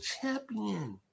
champion